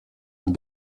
and